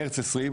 מרץ 2020,